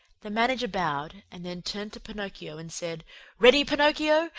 the manager bowed and then turned to pinocchio and said ready, pinocchio!